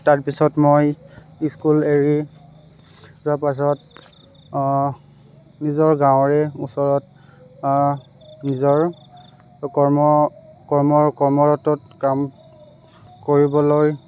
তাৰপিছত মই স্কুল এৰি তাৰপাছত নিজৰ গাঁৱৰে ওচৰত নিজৰ কৰ্ম কৰ্ম কৰ্মৰতত কাম কৰিবলৈ